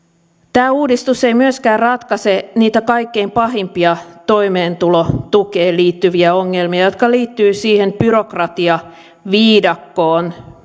tämä uudistus ei myöskään ratkaise niitä kaikkein pahimpia toimeentulotukeen liittyviä ongelmia jotka liittyvät siihen byrokratiaviidakkoon